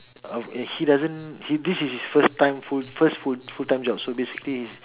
uh he doesn't this is his first time full first full full time job so basically he's